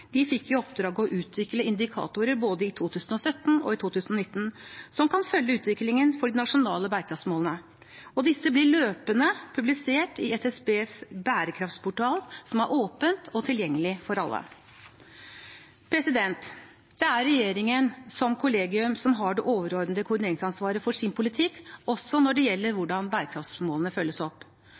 De fikk i oppdrag å utvikle indikatorer, både i 2017 og i 2019, som kan følge utviklingen for de nasjonale bærekraftsmålene. Disse blir løpende publisert i SSBs bærekraftsportal, som er åpen og tilgjengelig for alle. Det er regjeringen som kollegium som har det overordnede koordineringsansvaret for sin politikk, også når det gjelder hvordan bærekraftsmålene følges opp.